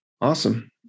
Awesome